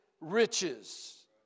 riches